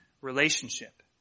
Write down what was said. relationship